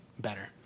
better